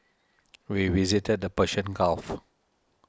we visited the Persian Gulf